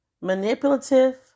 manipulative